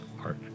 heart